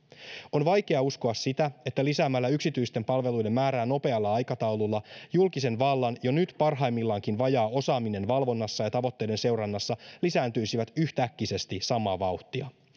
on vaikea uskoa sitä että lisäämällä yksityisten palveluiden määrää nopealla aikataululla julkisen vallan jo nyt parhaimmillaankin vajaa osaaminen valvonnassa ja tavoitteiden seurannassa lisääntyisivät yhtäkkisesti samaa vauhtia